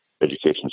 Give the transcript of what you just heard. education